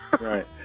right